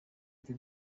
ati